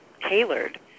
tailored